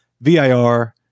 VIR